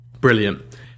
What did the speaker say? Brilliant